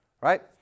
Right